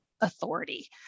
authority